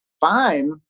fine